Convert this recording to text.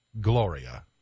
Gloria